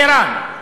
חירן?